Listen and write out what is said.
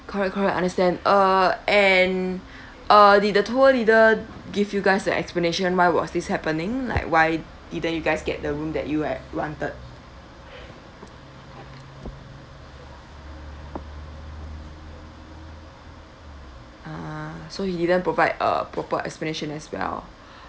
correct correct understand err and uh did the tour leader give you guys an explanation why was this happening like why didn't you guys get the room that you had wanted ah so he didn't provide a proper explanation as well